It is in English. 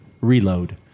Reload